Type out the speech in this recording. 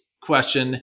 question